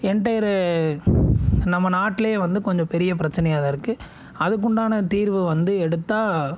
entire நம்ம நாட்லேயே வந்து கொஞ்சம் பெரிய பிரச்சனையாக தான் இருக்கு அதுக்கு உண்டான தீர்வு வந்து எடுத்தால்